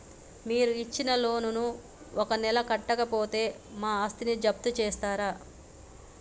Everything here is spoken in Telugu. మీరు ఇచ్చిన లోన్ ను ఒక నెల కట్టకపోతే మా ఆస్తిని జప్తు చేస్తరా?